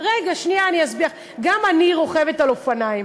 גם אני רוכבת על אופניים.